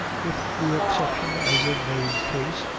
with the exception, as in mave's case,